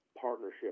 partnership